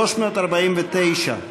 349,